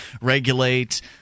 regulate